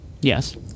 Yes